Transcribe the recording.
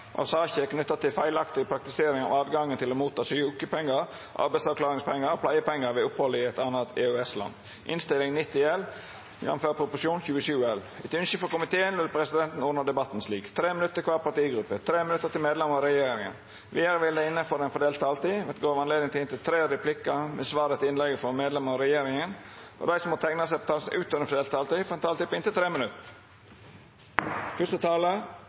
av politi og påtalemyndighet, sånn at vi kan styrke det lokale politiet rundt om i Norge. Fleire har ikkje bedt om ordet til sakene nr. 1 og 2. Etter ønske frå justiskomiteen vil presidenten ordna debatten slik: 5 minutt til kvar partigruppe og 5 minutt til medlemer av regjeringa. Vidare vil det – innanfor den fordelte taletida – verta gjeve høve til inntil fem replikkar med svar etter innlegg frå medlemer av regjeringa, og dei som måtte teikna seg på talarlista utover den fordelte taletida, får ei taletid på inntil 3 minutt.